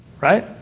right